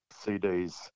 CDs